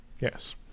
Yes